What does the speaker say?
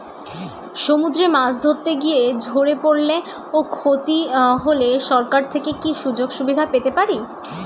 সমুদ্রে মাছ ধরতে গিয়ে ঝড়ে পরলে ও ক্ষতি হলে সরকার থেকে কি সুযোগ সুবিধা পেতে পারি?